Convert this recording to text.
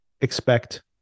expect